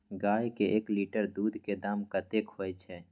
गाय के एक लीटर दूध के दाम कतेक होय छै?